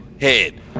head